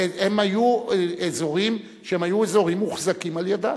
הם היו אזורים שהיו אזורים מוחזקים על-ידיה.